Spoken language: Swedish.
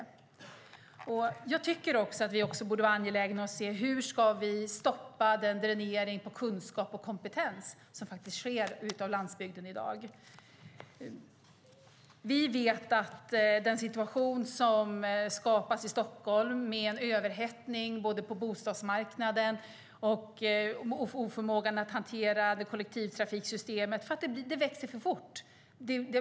Jag tycker också att vi borde vara angelägna att se hur vi ska stoppa den dränering på kunskap och kompetens som faktiskt sker på landsbygden i dag. Vi vet att den situation som skapas i Stockholm, med en överhettning på bostadsmarknaden och en oförmåga att hantera kollektivtrafiksystemet eftersom det växer för fort.